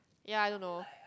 ya I don't know